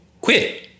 quit